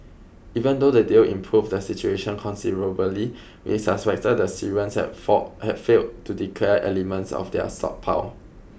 even though the deal improved the situation considerably we suspected the Syrians had fall had failed to declare elements of their stockpile